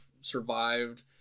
survived